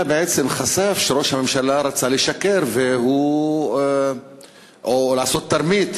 בעצם חשף שראש הממשלה רצה לשקר או לעשות תרמית,